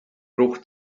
bruch